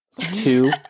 Two